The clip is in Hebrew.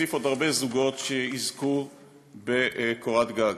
ולהוסיף עוד הרבה זוגות שיזכו בקורת גג.